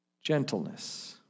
Gentleness